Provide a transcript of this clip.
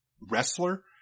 wrestler